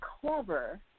clever